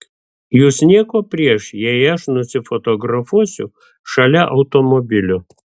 jus nieko prieš jei aš nusifotografuosiu šalia automobilio